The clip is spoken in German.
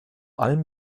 allem